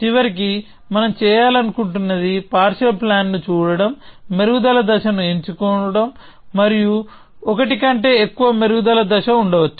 చివరికి మనం చేయాలనుకుంటున్నది పార్షియల్ ప్లాన్ ను చూడటం మెరుగుదల దశను ఎంచుకోండి మరియు ఒకటి కంటే ఎక్కువ మెరుగుదల దశ ఉండవచ్చు